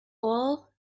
all